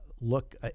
look